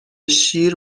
شیر